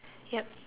yup